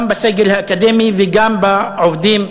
גם בסגל האקדמי וגם בעובדים